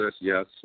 Yes